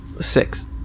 Six